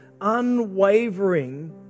unwavering